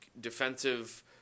defensive